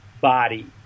body